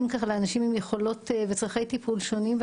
לאנשים עם יכולות וצרכי טיפול שונים,